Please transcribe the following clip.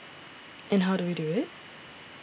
and how do we do it